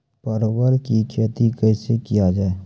परवल की खेती कैसे किया जाय?